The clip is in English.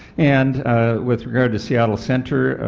and with regard to seattle center,